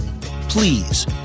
Please